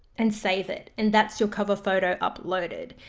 and save it, and that's your cover photo uploaded.